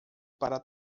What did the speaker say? para